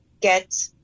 get